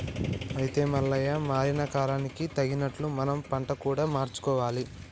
అయితే మల్లయ్య మారిన కాలానికి తగినట్లు మనం పంట కూడా మార్చుకోవాలి